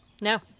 No